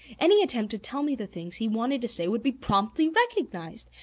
any attempt to tell me the things he wanted to say would be promptly recognized.